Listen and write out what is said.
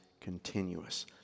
continuous